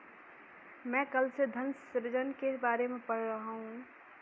मैं कल से धन सृजन के बारे में पढ़ रहा हूँ